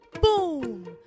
boom